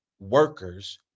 Workers